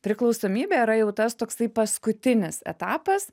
priklausomybė yra jau tas toksai paskutinis etapas